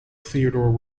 theodore